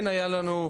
כן היה לנו,